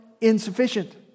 insufficient